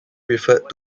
referred